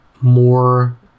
more